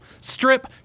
strip